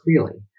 clearly